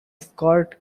scott